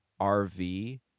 RV